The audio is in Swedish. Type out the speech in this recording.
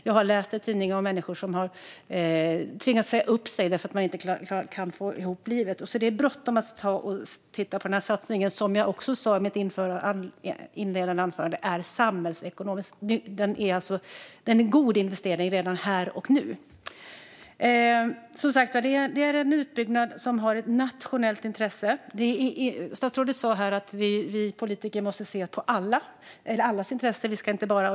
Jag har läst i tidningen att människor har tvingats säga upp sig därför att de inte kan få ihop sina liv. Det är bråttom att titta på den här satsningen. Som jag också sa i mitt inledande anförande är det en samhällsekonomiskt god investering redan här och nu. Det är som sagt en utbyggnad som är av nationellt intresse. Statsrådet sa att vi politiker måste se till allas intresse.